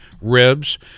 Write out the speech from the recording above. ribs